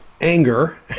anger